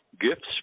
Gifts